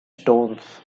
stones